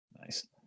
Nice